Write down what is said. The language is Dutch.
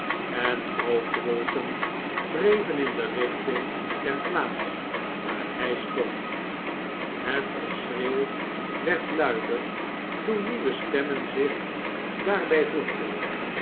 en rookwolken dreven in de richting der plaats waar hij stond het geschreeuw werd luider toen nieuwe stemmen zich daarbij voegden